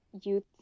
youth